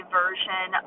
version